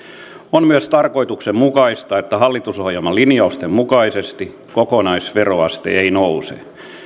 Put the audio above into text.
on myös tarkoituksenmukaista että hallitusohjelmalinjausten mukaisesti kokonaisveroaste ei nouse